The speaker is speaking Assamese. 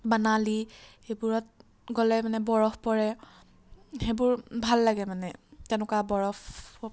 মানালি সেইবোৰত গ'লে মানে বৰফ পৰে সেইবোৰ ভাল লাগে মানে তেনেকুৱা বৰফ